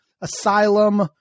asylum